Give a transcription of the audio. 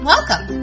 Welcome